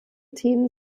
themen